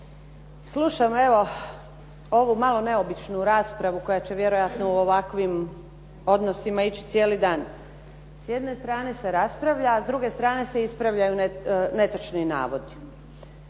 Slušam evo ovu malo neobičnu raspravu koja će vjerojatno u ovakvim odnosima ići cijeli dan. S jedne strane se raspravlja, a s druge strane se ispravljaju netočni navodi.